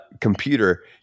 computer